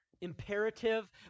imperative